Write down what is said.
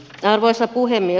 arvoisa puhemies